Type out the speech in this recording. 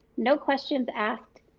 no questions asked